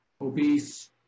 obese